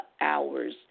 hours